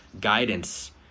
guidance